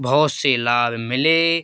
बहुत से लाभ मिले